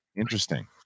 Interesting